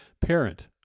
parent